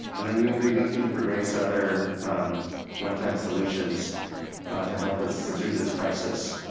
and then we will be looking for various other one time solutions to help us through this crisis.